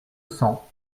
cent